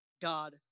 God